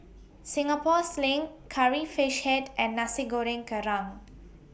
Singapore Sling Curry Fish Head and Nasi Goreng Kerang